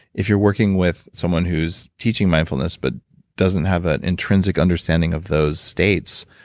if you're working with someone who's teaching mindfulness but doesn't have that intrinsic understanding of those states,